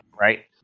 right